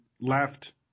left